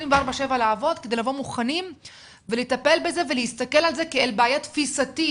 24/7 לעבוד כדי לבוא מוכנים ולטפל בזה ולהסתכל על זה כאל בעיה תפיסתית.